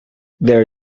their